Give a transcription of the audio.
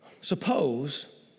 Suppose